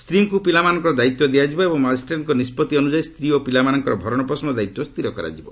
ସ୍ୱୀଙ୍କୁ ପିଲାମାନଙ୍କର ଦାୟିତ୍ୱ ଦିଆଯିବ ଏବଂ ମାଜିଷ୍ଟ୍ରେଟ୍ଙ୍କ ନିଷ୍ପଭି ଅନୁଯାୟୀ ସ୍ୱୀ ଓ ପିଲାମାନଙ୍କର ଭରଣପୋଷଣ ଦାୟିତ୍ୱ ସ୍ଥିର କରାଯିବ